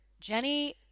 Jenny